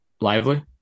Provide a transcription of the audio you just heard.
lively